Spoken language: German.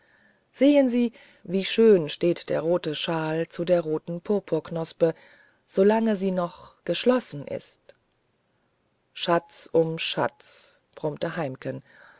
sehen sie wie schön steht der rote shawl zu der roten purpurknospe solange sie noch geschlossen ist schatz um schatz brummte heimken